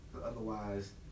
otherwise